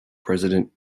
president